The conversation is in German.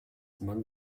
mann